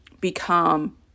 become